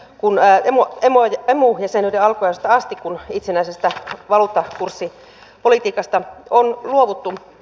kun äiti maa emu jäsenyyden alkuajoista asti kun itsenäisestä valuuttakurssipolitiikasta on luovuttu